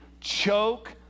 choke